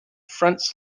fronts